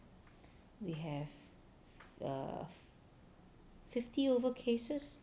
we have err fifty over cases